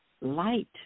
Light